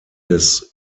des